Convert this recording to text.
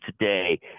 today